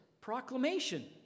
proclamation